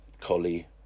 collie